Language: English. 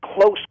close